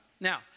Now